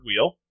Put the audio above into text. wheel